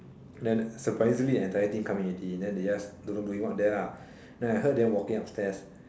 then surprisingly the entire team coming already then they just doing don't know what there then I heard them walking upstairs